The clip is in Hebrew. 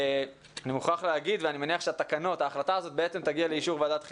אני מניח שההחלטה הזאת תגיע לאישור ועדת החינוך,